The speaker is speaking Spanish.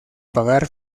pagar